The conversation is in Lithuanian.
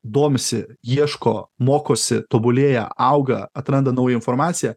domisi ieško mokosi tobulėja auga atranda naują informaciją